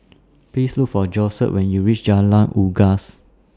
Please Look For Josette when YOU REACH Jalan Unggas